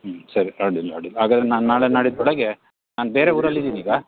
ಹ್ಞೂ ಸರಿ ಅಡ್ಡಿಲ್ಲ ಅಡ್ಡಿಲ್ಲ ಹಾಗಾದರೆ ನಾನು ನಾಳೆ ನಾಡಿದ್ದು ಒಳಗೆ ನಾನು ಬೇರೆ ಊರಲ್ಲಿ ಇದೀನಿ ಈಗ